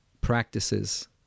practices